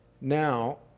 Now